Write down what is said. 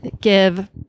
give